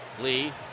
Lee